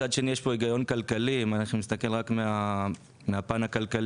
מצד שני יש פה הגיון כלכלי אם אנחנו נסתכל רק מהפן הכלכלי.